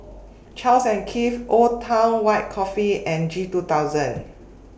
Charles and Keith Old Town White Coffee and G two thousand